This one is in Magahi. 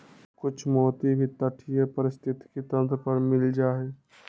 कुछ मोती भी तटीय पारिस्थितिक तंत्र पर मिल जा हई